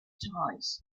ties